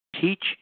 Teach